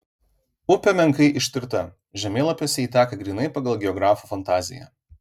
upė menkai ištirta žemėlapiuose ji teka grynai pagal geografų fantaziją